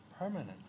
Permanent